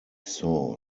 saw